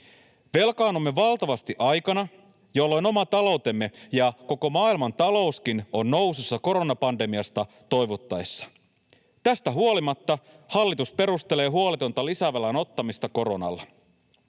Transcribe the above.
Velkaannumme valtavasti aikana, jolloin oma taloutemme ja koko maailmankin talous on nousussa koronapandemiasta toivuttaessa. Tästä huolimatta hallitus perustelee huoletonta lisävelan ottamista koronalla.